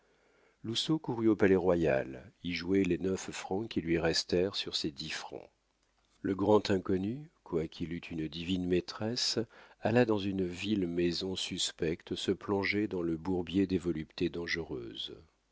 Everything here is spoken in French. lousteau courut au palais-royal y jouer les neuf francs qui lui restèrent sur ses dix francs le grand inconnu quoiqu'il eût une divine maîtresse alla dans une vile maison suspecte se plonger dans le bourbier des voluptés dangereuses